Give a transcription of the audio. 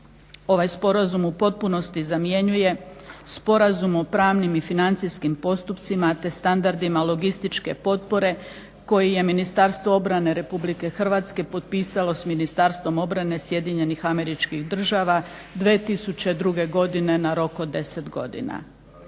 ovaj sporazum u potpunosti zamjenjuje sporazum o pravnim i financijskim postupcima te standardima logističke potpore koji je Ministarstvo obrane RH potpisalo s Ministarstvom obrane SAD 2002.godine na rok od 10 godina.